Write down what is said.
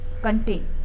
contain